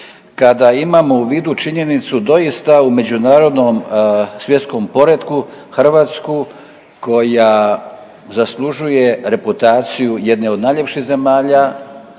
kada imamo u vidu činjenicu doista u međunarodnom svjetskom poretku Hrvatsku koja zaslužuje reputaciju jedne od najljepših zemalja